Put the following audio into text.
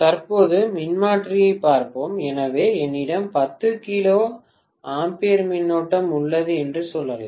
தற்போதைய மின்மாற்றியைப் பார்ப்போம் எனவே என்னிடம் 10 கிலோ ஆம்பியர் மின்னோட்டம் உள்ளது என்று சொல்லலாம்